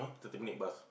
today meet bus